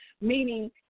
Meaning